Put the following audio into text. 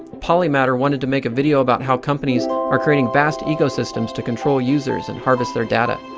polymatter wanted to make a video about how companies are creating vast ecosystems to control users and harvest their data.